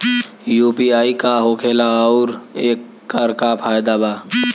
UPI का होखेला आउर एकर का फायदा बा?